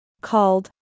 called